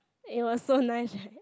it was so nice right